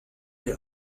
der